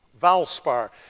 valspar